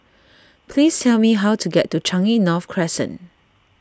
please tell me how to get to Changi North Crescent